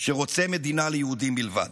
שרוצה מדינה ליהודים בלבד.